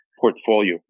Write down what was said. portfolio